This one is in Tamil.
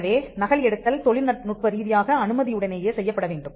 எனவே நகல் எடுத்தல் தொழில்நுட்ப ரீதியாக அனுமதியுடனேயே செய்யப்பட வேண்டும்